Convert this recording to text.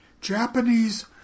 Japanese